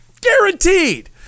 Guaranteed